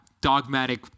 dogmatic